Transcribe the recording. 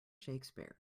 shakespeare